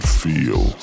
feel